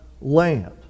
land